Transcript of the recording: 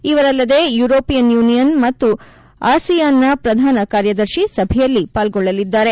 ಇವರಲ್ಲದೆ European Union ಮತ್ತು ASEAN ನ ಪ್ರಧಾನ ಕಾರ್ಯದರ್ಶಿ ಸಭೆಯಲ್ಲಿ ಪಾರ್ಗೊಳ್ಳಲಿದ್ದಾರೆ